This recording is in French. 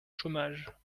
chômage